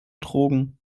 drogen